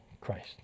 Christ